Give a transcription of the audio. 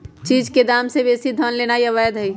चीज के दाम से बेशी धन लेनाइ अवैध हई